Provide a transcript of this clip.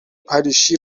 پریشی